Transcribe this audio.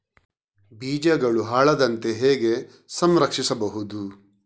ಬೀಜಗಳು ಹಾಳಾಗದಂತೆ ಹೇಗೆ ಸಂರಕ್ಷಿಸಬಹುದು?